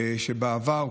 בעבר,